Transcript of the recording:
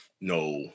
No